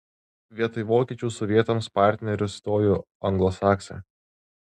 vietoj vokiečių sovietams partneriu stojo anglosaksai